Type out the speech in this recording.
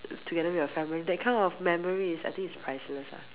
together with your family that kind of memory is I think is priceless lah